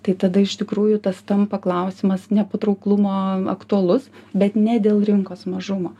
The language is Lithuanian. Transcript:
tai tada iš tikrųjų tas tampa klausimas nepatrauklumo aktualus bet ne dėl rinkos mažumo